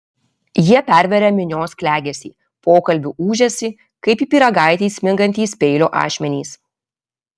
jie perveria minios klegesį pokalbių ūžesį kaip į pyragaitį smingantys peilio ašmenys